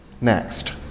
Next